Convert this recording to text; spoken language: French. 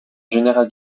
général